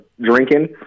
drinking